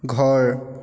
ঘৰ